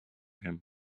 him